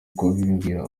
kubimbwira